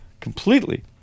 completely